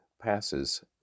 passes